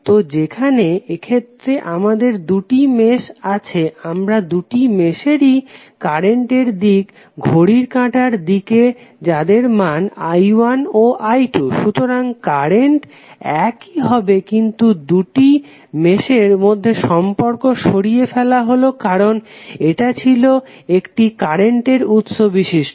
তো যেমন এক্ষেত্রে আমাদের দুটি মেশ আছে আমরা দুটি মেশেরই কারেন্টের দিক ধরেছি ঘড়ির কাঁটার দিকে যাদের মান i1 ও i2 সুতরাং কারেন্ট একই হবে কিন্তু দুটি মেশের মধ্যে সম্পর্ক সরিয়ে ফেলা হলো কারণ এটা ছিলো একটি কারেন্ট উৎস বিশিষ্ট